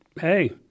hey